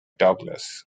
douglas